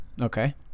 Okay